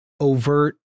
overt